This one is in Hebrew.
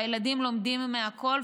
הילדים לומדים מהכול,